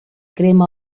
crema